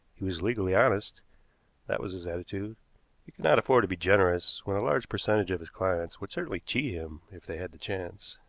he was legally honest that was his attitude he could not afford to be generous when a large percentage of his clients would certainly cheat him if they had the chance.